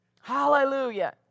Hallelujah